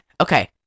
okay